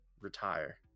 retire